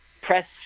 Press